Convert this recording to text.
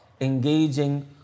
engaging